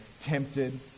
tempted